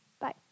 Bye